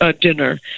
dinner